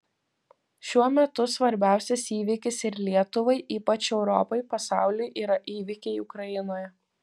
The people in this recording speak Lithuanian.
šiuo metu svarbiausias įvykis ir lietuvai ypač europai pasauliui yra įvykiai ukrainoje